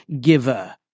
giver